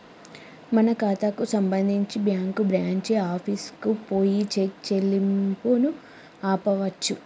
మన ఖాతాకు సంబంధించి బ్యాంకు బ్రాంచి ఆఫీసుకు పోయి చెక్ చెల్లింపును ఆపవచ్చు